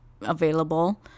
available